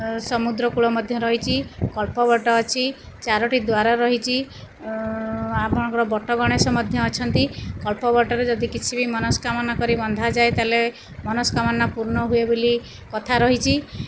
ଅଂ ସମୁଦ୍ର କୂଳ ମଧ୍ୟ ରହିଛି କଳ୍ପବଟ ମଧ୍ୟ ଅଛି ଚାରୋଟି ଦ୍ୱାର ରହିଛି ଉଁ ଆପଣଙ୍କ ବାଟ ଗଣେଶ ମଧ୍ୟ ଅଛନ୍ତି କଳ୍ପବଟରେ ଆପଣଙ୍କ କିଛି ବି ମନସ୍କାମନା କରିକି ବନ୍ଧାଯାଏ ତା ହେଲେ ମନସ୍କାମନା ପୂର୍ଣ୍ଣ ହୁଏ ବୋଲି କଥା ରହିଛି